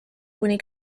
kuni